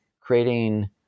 creating